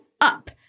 up